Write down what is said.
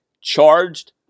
charged